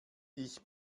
ich